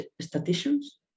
statisticians